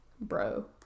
bro